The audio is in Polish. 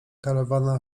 karawana